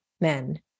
men